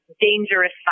dangerous